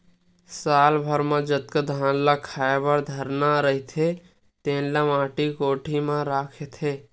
साल भर म जतका धान ल खाए बर धरना रहिथे तेन ल माटी कोठी म राखथे